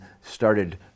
started